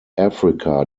africa